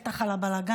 בטח על הבלגן,